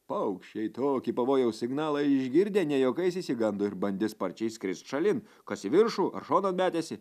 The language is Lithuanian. paukščiai tokį pavojaus signalą išgirdę ne juokais išsigando ir bandė sparčiai skrist šalin kas į viršų ar šonan metėsi